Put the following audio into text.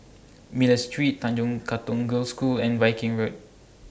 Miller Street Tanjong Katong Girls' School and Viking Road